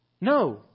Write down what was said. No